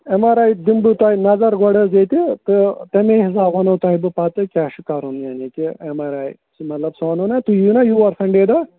M R I دِمہٕ بہٕ تۄہہِ نظر گۄڈٕ حظ ییٚتہِ تہٕ تَمی حِساب وَنہو تۄہہِ بہٕ پَتہٕ کیٛاہ چھُ کَرُن یعنی کہِ ایم آر آی مطلب سُہ وَنہو نا تُہۍ یِیِو نا یور سَنڈے دۄہ